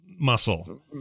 muscle